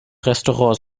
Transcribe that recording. restaurants